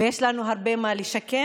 ויש לנו הרבה מה לשקם.